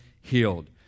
healed